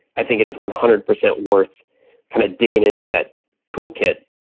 i think it is one hundred percent worth kind of digging into that toolkit,